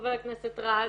חבר הכנסת רז,